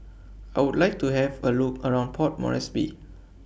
I Would like to Have A Look around Port Moresby